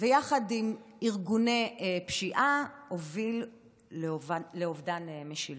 ויחד עם ארגוני פשיעה זה הוביל לאובדן משילות.